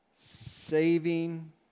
saving